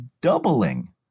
doubling